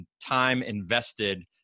time-invested